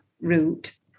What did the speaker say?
route